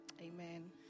Amen